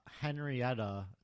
Henrietta